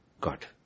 God